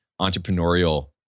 entrepreneurial